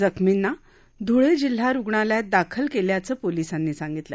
जखमींना धुळे जिल्हा रुग्णालयात दाखल केलं असल्याचं पोलिसांनी सांगितलं